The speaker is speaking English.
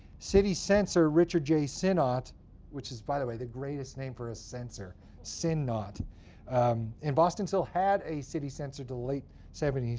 city censor, richard j. sinnot which is, by the way, the greatest name for a sensor, sinnot. and boston still had a city censor to the late seventy s,